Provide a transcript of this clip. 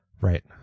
Right